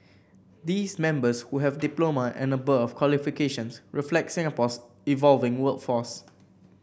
these members who have diploma and above qualifications reflect Singapore's evolving workforce